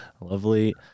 Lovely